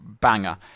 banger